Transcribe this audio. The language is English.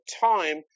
time